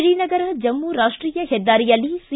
ಶ್ರೀನಗರ ಜಮ್ಮ ರಾಷ್ವೀಯ ಹೆದ್ದಾರಿಯಲ್ಲಿ ಸಿ